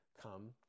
come